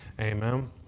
Amen